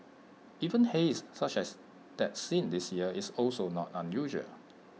even haze such as that seen this year is also not unusual